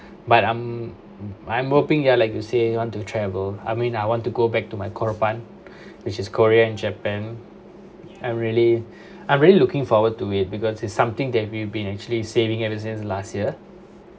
but I'm I'm hoping you're like you say you want to travel I mean I want to go back to my korpan which is korea and japan I'm really I'm really looking forward to it because it's something that we've been actually saving ever since last year